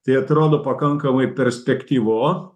tai atrodo pakankamai perspektyvu